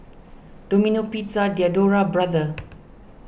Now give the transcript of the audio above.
Domino Pizza Diadora Brother